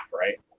right